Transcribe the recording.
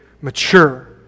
mature